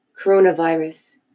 coronavirus